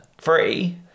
free